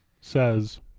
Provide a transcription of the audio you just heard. says